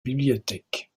bibliothèque